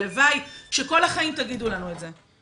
הלוואי שכל החיים תגידו לנו את זה.